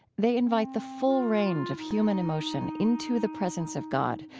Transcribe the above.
they invite the full range of human emotion into the presence of god,